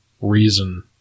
reason